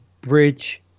bridge